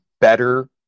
better